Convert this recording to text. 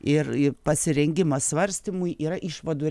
ir į pasirengimą svarstymui yra išvadų